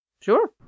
Sure